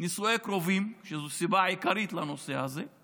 נישואי קרובים, שהם הסיבה העיקרית לעניין הזה,